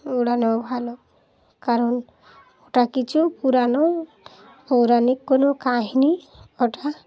ভালো কারণ ওটা কিছু পুরানো পৌরাণিক কোনো কাহিনি ওটা